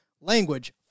language